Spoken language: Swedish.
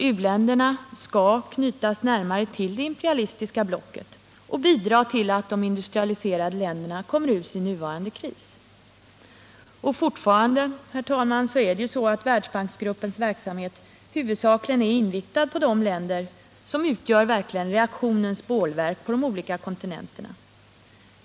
U-länderna skall knytas närmare till det imperialistiska blocket och bidra till att de industrialiserade länderna kommer ur sin nuvarande kris. Och fortfarande, herr talman, är Världsbanksgruppens verksamhet huvudsakligen inriktad på länder som verkligen utgör reaktionens bålverk på de olika kontinenterna.